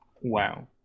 Wow